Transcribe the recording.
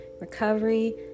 recovery